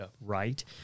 right